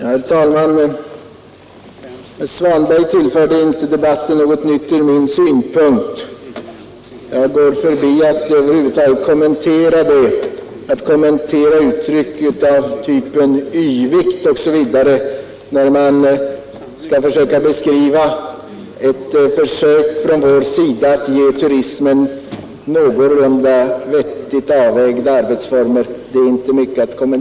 Herr talman! Herr Svanberg tillförde inte debatten något nytt ur min synpunkt och jag går förbi hans inlägg utan att över huvud taget göra någon kommentar. Att kommentera uttryck av typen ”yvigt”, som används när man vill beskriva ett försök från vår sida att ge turismen någorlunda vettigt avvägda arbetsformer, tjänar inte mycket till.